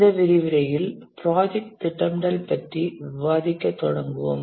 இந்த விரிவுரையில் ப்ராஜெக்ட் திட்டமிடல் பற்றி விவாதிக்கத் தொடங்குவோம்